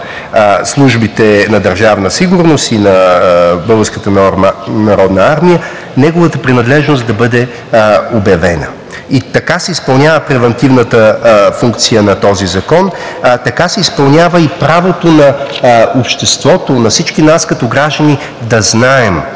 службите на Държавна сигурност и на Българската народна армия, неговата принадлежност да бъде обявена. Така се изпълнява превантивната функция на този закон, така се изпълнява и правото на обществото, на всички нас като граждани да знаем